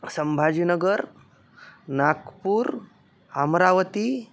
Sambhajinagar Nagpur Amravati